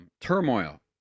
turmoil